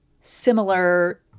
similar